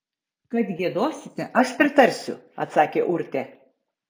kad giedosite aš pritarsiu atsakė urtė